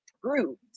proves